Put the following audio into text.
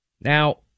Now